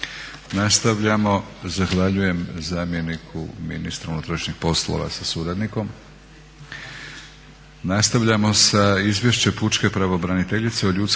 Nastavljamo. Zahvaljujem zamjeniku ministra unutrašnjih poslova sa suradnikom.